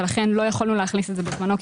ולכן לא יכולנו להכניס את זה בזמנו,